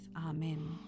Amen